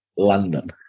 London